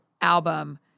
album